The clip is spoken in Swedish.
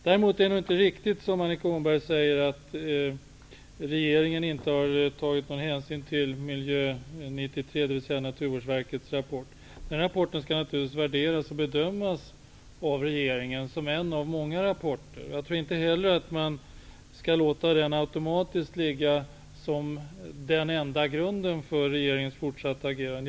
Däremot är det nog inte riktigt som Annika Åhnberg säger att regeringen inte har tagit någon hänsyn till Miljö-93, dvs. Naturvårdsverkets rapport. Den rapporten skall naturligtvis värderas och bedömas av regeringen som en av många rapporter. Jag tror inte heller att man skall låta den automatiskt ligga som den enda grunden för regeringens fortsatta agerande.